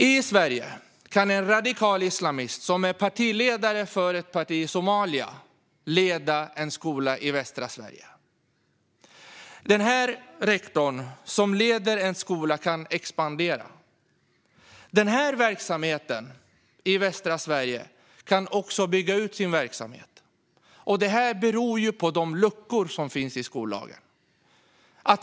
I Sverige kan en radikal islamist som är partiledare för ett parti i Somalia leda en skola i västra Sverige. Den skola som rektorn leder kan expandera. Den verksamheten i västra Sverige kan också bygga ut sin verksamhet. Det beror på de luckor som finns i skollagen.